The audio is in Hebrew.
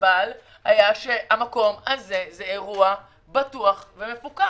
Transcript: הבעל היה שהמקום הזה בטוח ומפוקח.